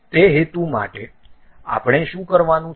તે હેતુ માટે આપણે શું કરવાનું છે